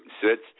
sits